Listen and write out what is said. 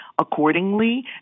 accordingly